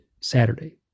Saturday